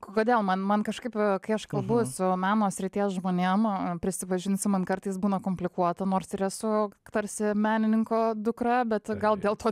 kodėl man man kažkaip kai aš kalbu su meno srities žmonėm prisipažinsiu man kartais būna komplikuota nors ir esu tarsi menininko dukra bet gal dėl to